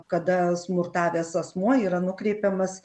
kada smurtavęs asmuo yra nukreipiamas